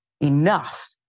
enough